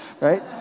right